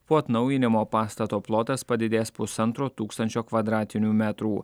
po atnaujinimo pastato plotas padidės pusantro tūkstančio kvadratinių metrų